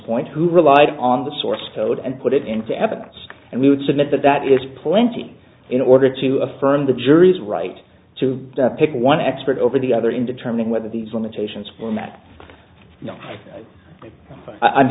point who relied on the source code and put it into evidence and we would submit that that is plenty in order to affirm the jury's right to pick one expert over the other in determining whether these limitations